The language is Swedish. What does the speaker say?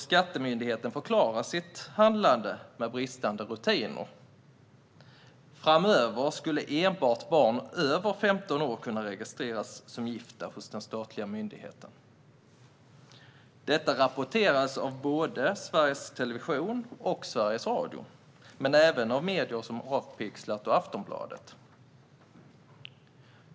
Skattemyndigheten förklarade sitt handlande med bristande rutiner - framöver skulle enbart barn över 15 år kunna registreras som gifta hos den statliga myndigheten. Detta rapporterades av både Sveriges Television och Sveriges Radio men även av medier som Avpixlat och Aftonbladet.